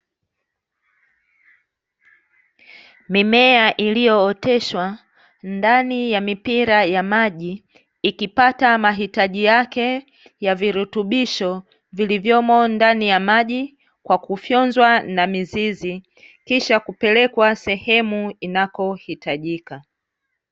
Mimea iliyooteshwa ndani ya mipira ya maji, ikipata mahitaji yake ya virutubisho vilivyomo ndani ya maji, kwa kufyonzwa na mizizi kisha kupelekwa sehemu inapohitajika.